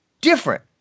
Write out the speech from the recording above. different